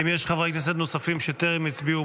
האם יש חברי כנסת נוספים שטרם הצביעו?